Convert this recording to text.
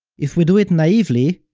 if we do it naively,